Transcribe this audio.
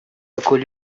какой